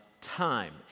time